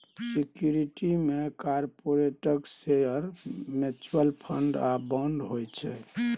security मे कारपोरेटक share, mutual fund आ बांड होइ छै